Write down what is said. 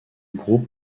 groupe